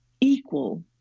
equal